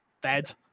Dead